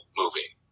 movie